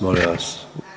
Molim vas.